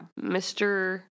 Mr